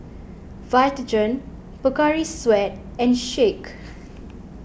Vitagen Pocari Sweat and Schick